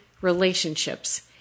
relationships